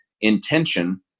intention